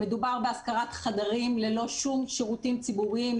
המדובר בהשכרת חדרים ללא שום שירותים ציבוריים,